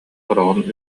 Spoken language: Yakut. сороҕун